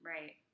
Right